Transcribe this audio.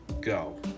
go